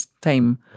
time